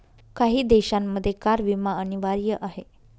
काही देशांमध्ये कार विमा अनिवार्य आहे